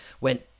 went